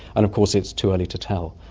and of course it's too early to tell,